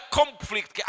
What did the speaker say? conflict